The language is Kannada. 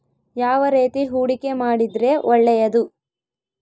ಯಾವ ರೇತಿ ಹೂಡಿಕೆ ಮಾಡಿದ್ರೆ ಒಳ್ಳೆಯದು?